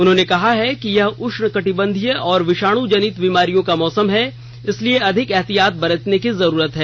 उन्होंने कहा कि यह ऊष्ण कटिबंधीय और विषाण जनित बीमारियों का मौसम है इसलिए अधिक ऐहतियात बरतने की जरूरत है